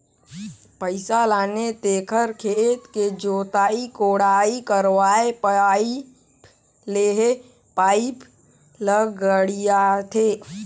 पइसा लाने तेखर खेत के जोताई कोड़ाई करवायें पाइप लेहे पाइप ल गड़ियाथे